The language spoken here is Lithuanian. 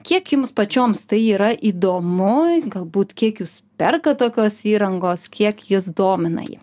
kiek jums pačioms tai yra įdomu galbūt kiek jūs perkat tokios įrangos kiek jus domina ji